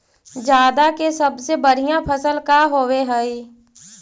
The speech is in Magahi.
जादा के सबसे बढ़िया फसल का होवे हई?